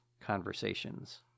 conversations